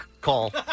call